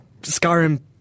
Skyrim